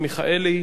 אחרון הדוברים,